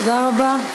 תודה רבה.